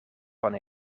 van